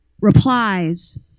replies